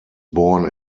born